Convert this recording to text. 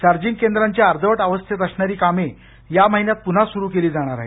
charging केंद्रांची अर्धवट अवस्थेत असणारी कामे या महिन्यात पुन्हा सुरु केली जाणार आहेत